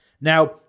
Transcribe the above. Now